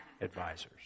advisors